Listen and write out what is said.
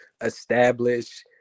establish